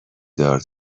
دار